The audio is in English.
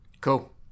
Cool